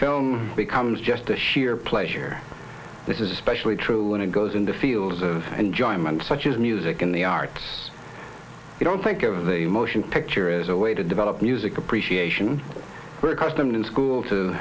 film becomes just a sheer pleasure this is especially true when it goes in the fields of enjoyment such as music in the arts you don't think of the motion picture as a way to develop music appreciation we're accustomed in school to